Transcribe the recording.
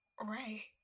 Right